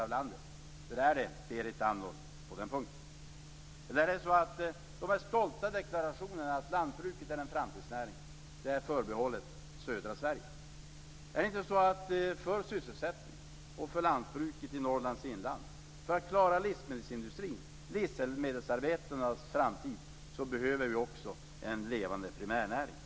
Hur är det på den punkten, Berit Andnor? Eller är den stolta deklarationen om att lantbruket är en framtidsnäring förbehållen södra Sverige? För att klara sysselsättningen, lantbruket i Norrlands inland, livsmedelsindustrin och livsmedelsarbetarnas framtid behöver vi också en levande primärnäring.